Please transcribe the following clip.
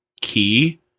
key